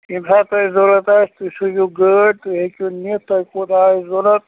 ییٚمہِ ساتہٕ تۄہہِ ضروٗرت آسہِ تُہۍ سوٗزیو گٲڑۍ تہٕ تُہۍ ہیٚکِو نِتھ تۄہہِ کوتاہ آسہِ ضروٗرت